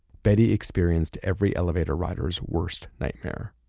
betty experienced every elevator rider's worst nightmare.